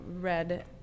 red